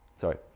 sorry